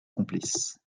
complices